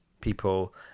people